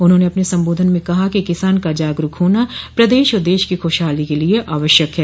उन्होंने अपने संबोधन में कहा कि किसान का जागरूक होना प्रदेश और देश की ख्शहाली के आवश्यक है